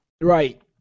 Right